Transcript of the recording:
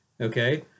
Okay